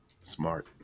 Smart